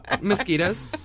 mosquitoes